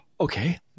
okay